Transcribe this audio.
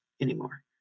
anymore